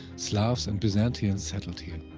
slavs and byzantian settled here.